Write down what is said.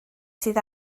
sydd